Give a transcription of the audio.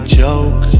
joke